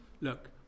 look